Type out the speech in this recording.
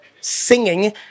singing